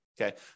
okay